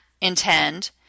intend